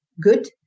Good